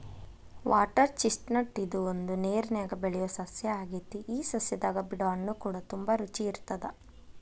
water chestnut ಇದು ಒಂದು ನೇರನ್ಯಾಗ ಬೆಳಿಯೊ ಸಸ್ಯ ಆಗೆತಿ ಈ ಸಸ್ಯದಾಗ ಬಿಡೊ ಹಣ್ಣುಕೂಡ ತುಂಬಾ ರುಚಿ ಇರತ್ತದ